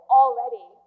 already